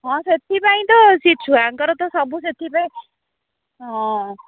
ହଁ ସେଥିପାଇଁ ତ ସେ ଛୁଆଙ୍କର ତ ସବୁ ସେଥିପାଇଁ ହଁ